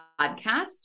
podcast